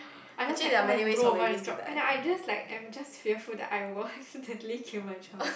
I just like what if it roll over and drop and then I just like I'm just fearful that I will accidentally kill my child